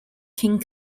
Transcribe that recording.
king